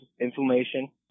inflammation